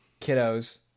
kiddos